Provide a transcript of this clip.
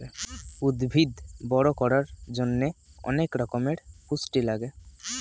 উদ্ভিদ বড় করার জন্যে অনেক রকমের পুষ্টি লাগে